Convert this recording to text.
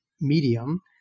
medium